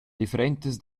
differentas